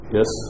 Yes